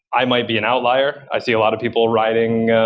i might be an outlier. i see a lot of people riding,